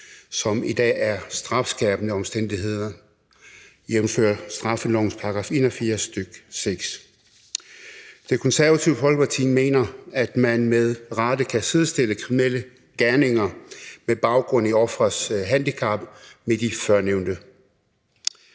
som i dag er strafskærpende omstændigheder, jævnfør straffelovens § 81, nr. 6. Det Konservative Folkeparti mener, at man med rette kan sidestille kriminelle gerninger med baggrund i offerets handicap med de førnævnte.